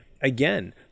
again